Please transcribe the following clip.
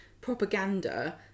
propaganda